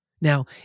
Now